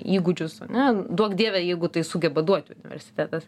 įgūdžius ane duok dieve jeigu tai sugeba duoti universitetas